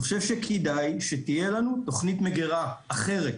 אני חושב שכדאי שתהיה לנו תכנית מגירה אחרת